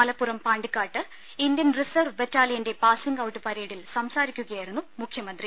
മലപ്പുറം പാണ്ടിക്കാട്ട് Indian reserve ബറ്റാ ലിയന്റെ പാസ്സിംഗ്ഔട്ട് പരേഡിൽ സംസാരിക്കുകയായിരുന്നു മുഖ്യ മന്ത്രി